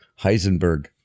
Heisenberg